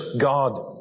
God